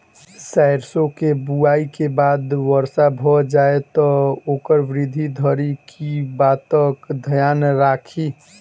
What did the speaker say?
सैरसो केँ बुआई केँ बाद वर्षा भऽ जाय तऽ ओकर वृद्धि धरि की बातक ध्यान राखि?